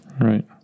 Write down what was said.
Right